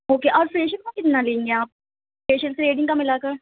okay اور facial کا کتنا لیں گی آپ فیشیل تھریٹنگ کا ملا کر